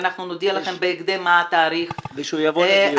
ואנחנו נודיע לכם בהקדם מה התאריך --- שהוא יבוא גם לדיון.